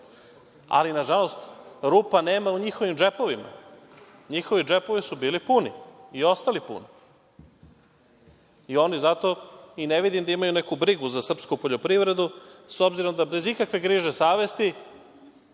Ali, nažalost, rupa nema u njihovim džepovima, njihovi džepovi su bili puni i ostali puni. Oni zato i ne vidim da imaju neku brigu za srpsku poljoprivredu, s obzirom da bez ikakve griže savesti